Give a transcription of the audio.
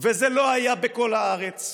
וזה לא היה בכל הארץ,